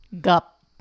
Gup